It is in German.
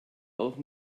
auch